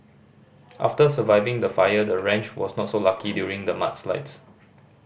after surviving the fire the ranch was not so lucky during the mudslides